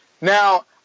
Now